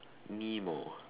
nemo